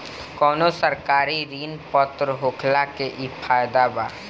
कवनो सरकारी ऋण पत्र होखला के इ फायदा बा